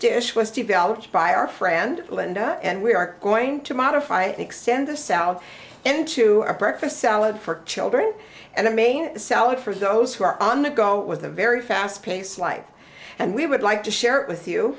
dish was developed by our friend linda and we are going to modify extend the south into a breakfast salad for children and a main sell it for those who are on the go with a very fast paced life and we would like to share it with you